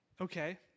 Okay